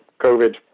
COVID